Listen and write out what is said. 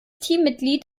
teammitglied